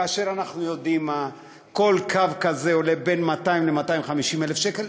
כאשר אנחנו יודעים שכל קו כזה עולה בין 200,000 ל-250,000 שקל,